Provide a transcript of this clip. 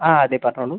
ആ അതെ പറഞ്ഞോളൂ